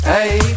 Hey